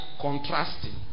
contrasting